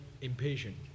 impatient